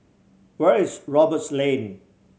where is Roberts Lane